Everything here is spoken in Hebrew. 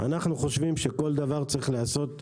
אנחנו חושבים שכל דבר צריך להיעשות בתורו.